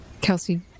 Kelsey